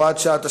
הוראת שעה),